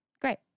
Great